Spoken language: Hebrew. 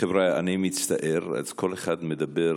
חבריא, אני מצטער, כל אחד מדבר,